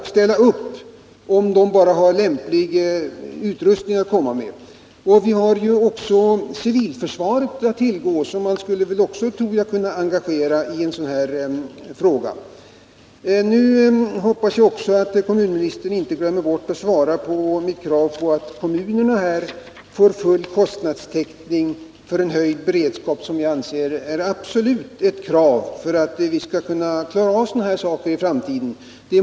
De ställer upp, om de bara får lämplig utrustning. Vi har även civilförsvaret att tillgå. Det skulle kunna engageras i en sådan här aktion. Jag hoppas att kommunministern inte glömmer bort att kommentera mitt krav på att kommunerna får full kostnadstäckning för den höjda beredskap som jag anser vara en förutsättning för att vi i framtiden skall kunna klara av sådana här olyckor.